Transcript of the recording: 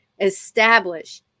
establish